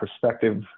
perspective